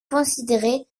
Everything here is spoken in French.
considérée